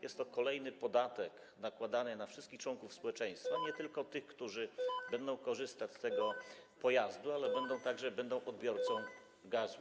Jest to kolejny podatek nakładany na wszystkich członków społeczeństwa, nie tylko tych, którzy będą korzystać z tego pojazdu, ale także tych, którzy będą odbiorcami gazu.